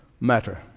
matter